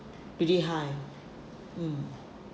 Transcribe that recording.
pretty high mm mm